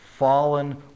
fallen